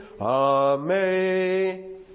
Amen